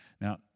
Now